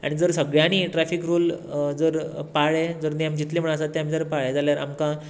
आनी जर सगळ्यांनी ट्रॅफीक रूल जर पाळ्ळे जर नेम जितले म्हण आसात ते आमी जर पाळ्ळे जाल्यार आमकां